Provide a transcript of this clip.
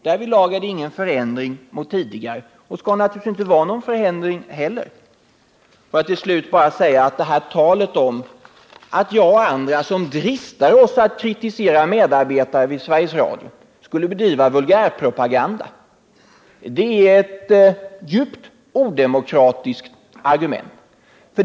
Därvidlag är det ingen förändring mot tidigare och skall naturligtvis inte vara någon förändring heller. Får jag till slut bara säga att talet om att jag och andra som dristar oss att kritisera medarbetare vid Sveriges Radio skulle bedriva vulgärpropaganda utgör ett djupt odemokratiskt argument.